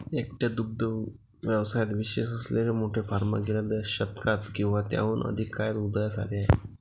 एकट्या दुग्ध व्यवसायात विशेष असलेले मोठे फार्म गेल्या शतकात किंवा त्याहून अधिक काळात उदयास आले आहेत